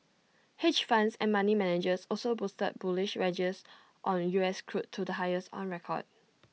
hedge funds and money managers also boosted bullish wagers on us crude to the highest on record